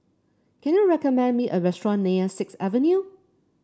can you recommend me a restaurant near Sixth Avenue